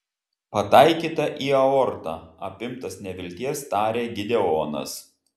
pataikyta į aortą apimtas nevilties tarė gideonas